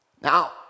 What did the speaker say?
Now